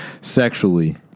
sexually